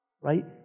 right